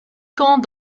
camp